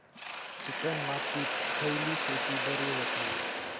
Chicken मातीत खयली शेती बरी होता?